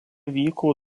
vyko